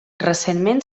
recentment